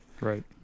Right